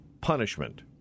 punishment